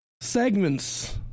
segments